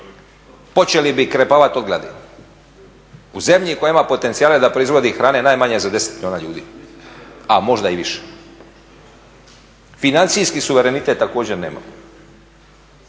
počeli bi krepavati od gladi. U zemlji koja ima potencijale da proizvodi hrane najmanje za 10 milijuna ljudi, a možda i više. Financijski suverenitet također nemamo